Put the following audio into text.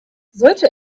solche